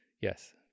yes